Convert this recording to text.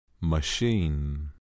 machine